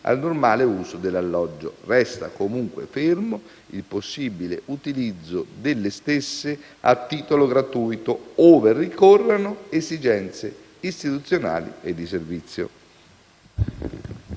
al normale uso dell'alloggio. Resta comunque fermo il possibile utilizzo delle stesse a titolo gratuito, ove ricorrano esigenze istituzionali e di servizio.